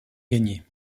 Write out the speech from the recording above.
gagnés